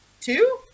Two